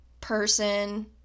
person